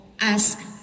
ask